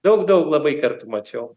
daug daug labai kartų mačiau